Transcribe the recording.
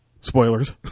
Spoilers